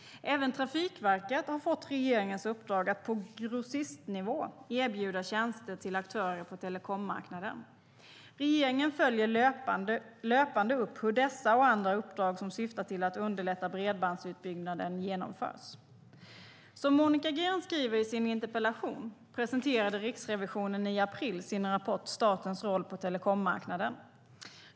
Även Trafikverket har fått regeringens uppdrag att på grossistnivå erbjuda tjänster till aktörer på telekommarknaden. Regeringen följer löpande upp hur dessa och andra uppdrag som syftar till att underlätta bredbandsutbyggnaden genomförs. Som Monica Green skriver i sin interpellation presenterade Riksrevisionen i april sin rapport Statens roll på telekommarknaden .